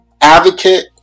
advocate